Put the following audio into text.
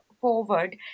forward